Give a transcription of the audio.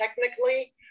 technically